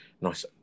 nice